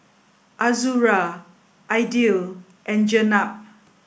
Azura Aidil and Jenab